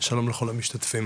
שלום לכל המשתתפים,